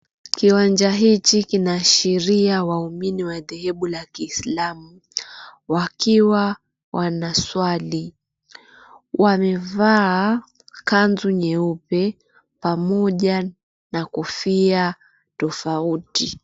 Kiwanja hichi kinaashiria waumini wa dhehebu la kiislamu wakiwa wanaswali. Wamevaa kanzu nyeupe pamoja na kofia tofauti.